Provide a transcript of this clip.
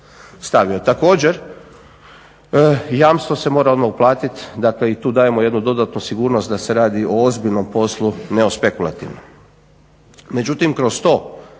stavio. Također, jamstvo se mora odmah uplatiti. Tu dajemo jednu dodatnu sigurnost da se radi o ozbiljnom poslu, ne o spekulativnom. Međutim kroz to,